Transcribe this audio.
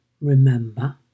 remember